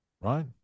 Right